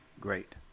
great